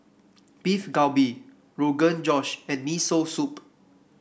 Beef Galbi Rogan Josh and Miso Soup